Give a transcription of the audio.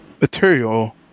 material